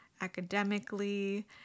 academically